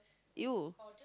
you